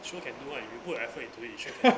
sure can do [one] you put a effort into it you sure can do